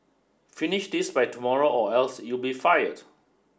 finish this by tomorrow or else you be fired